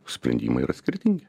sprendimai yra skirtingi